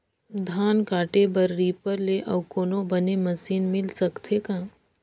धान काटे बर रीपर ले अउ कोनो बने मशीन मिल सकथे का?